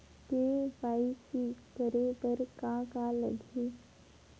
KYC करे बर का का लगही?